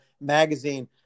magazine